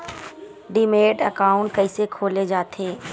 Demat account कइसे खोले जाथे?